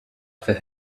for